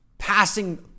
passing